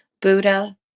Buddha